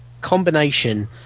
combination